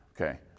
Okay